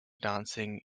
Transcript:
dancing